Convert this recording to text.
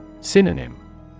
Synonym